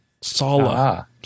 Sala